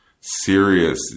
serious